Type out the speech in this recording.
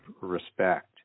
respect